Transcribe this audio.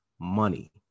money